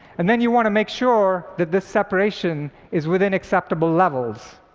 and then you want to make sure that this separation is within acceptable levels.